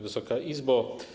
Wysoka Izbo!